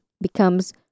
becomes